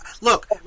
look